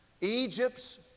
Egypt's